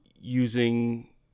using